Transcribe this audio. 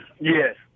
yes